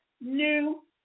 new